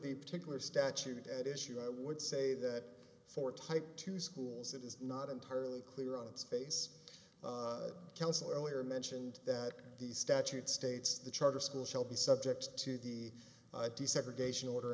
the particular statute at issue i would say that for type two schools it is not entirely clear on its face counselor earlier mentioned that the statute states the charter school shall be subject to the i desegregation order